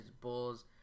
Bulls